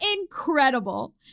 incredible